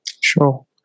Sure